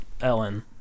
Ellen